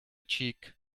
cheek